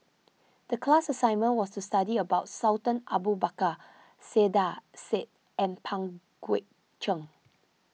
the class assignment was to study about Sultan Abu Bakar Saiedah Said and Pang Guek Cheng